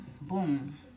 boom